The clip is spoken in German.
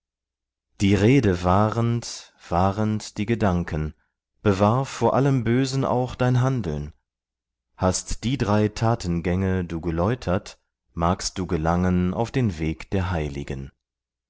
die rede wahrend wahrend die gedanken bewahr vor allem bösen auch dein handeln hast die drei tatengänge du geläutert magst du gelangen auf den weg der heiligen